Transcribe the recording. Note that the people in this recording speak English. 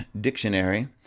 Dictionary